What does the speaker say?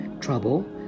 trouble